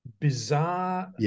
bizarre